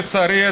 לצערי,